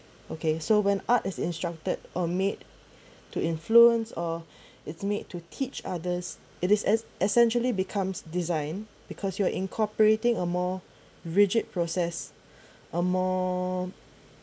okay so when art is instructed or made to influence or it's made to teach others it is es~ essentially becomes design because you are incorporating a more rigid process a more